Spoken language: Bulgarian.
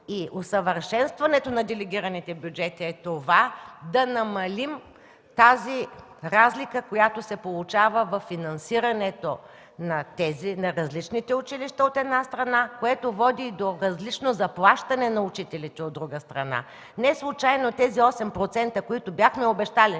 и усъвършенстването на делегираните бюджети е това, че да намалим разликата, която се получава във финансирането на различните училища, от една страна, което води и до различно заплащане на учителите, от друга страна. Неслучайно от тези осем процента, които бяхте обещали